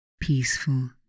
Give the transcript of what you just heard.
peaceful